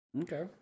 Okay